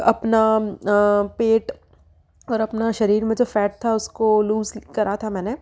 अपना पेट और अपना शरीर में जो फैट था उसको लूज़ करा था मैंने